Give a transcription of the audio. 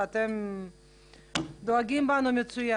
איתנו גם סגן שר שאחראי על הפחתת הרגולציה בשוק,